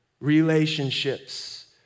relationships